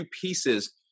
pieces